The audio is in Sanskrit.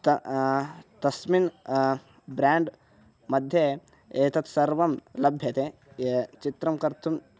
ता तस्मिन् ब्रेण्ड् मध्ये एतत् सर्वं लभ्यते ये चित्रं कर्तुं